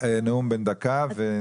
ואחר כך ניתן לכל אחד שיבקש, נאום בן דקה.